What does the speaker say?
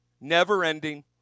never-ending